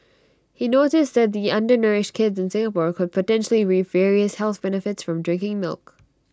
he noticed that the undernourished kids in Singapore could potentially reap various health benefits from drinking milk